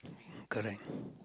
correct